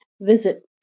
Visit